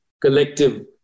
collective